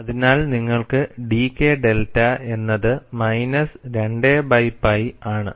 അതിനാൽ നിങ്ങൾക്കു dK delta എന്നത് മൈനസ് 2 ബൈ പൈ ആണ്